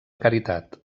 caritat